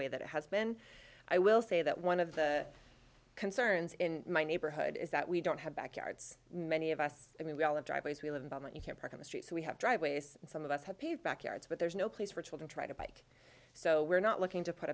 way that it has been i will say that one of the concerns in my neighborhood is that we don't have backyards many of us i mean we all have driveways we live in but when you can't park on the streets we have driveways and some of us have paved backyards but there's no place for children try to bike so we're not looking to put